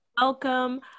welcome